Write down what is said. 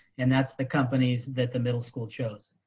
and that's the companies that the middle school chose.